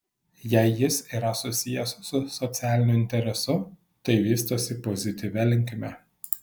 jei jis yra susijęs su socialiniu interesu tai vystosi pozityvia linkme